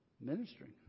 ministering